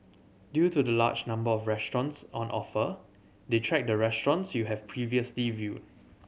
due to the large number of restaurants on offer they track the restaurants you have previously viewed